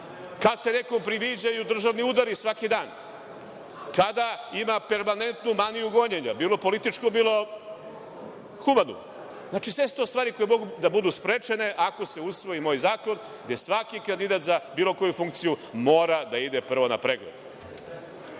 Kada se nekom priviđaju državni udari svaki dan, kada ima permanentnu maniju gonjenja, bilo političku, bilo humanu. To su sve stvari koje bi mogle biti sprečene ako se usvoji moj zakon gde svaki kandidat za bilo koju funkciju mora da ide prvo na pregled.